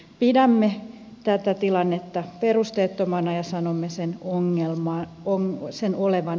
pidämme tätä tilannetta perusteettomana ja sanomme sen olevan ongelma